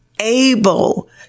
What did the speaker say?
able